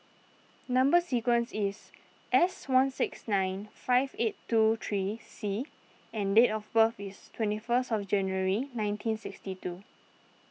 Number Sequence is S one six nine five eight two three C and date of birth is twenty first of January nineteen sixty two